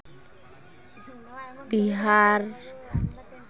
Bihar